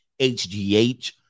HGH